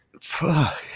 Fuck